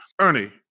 Ernie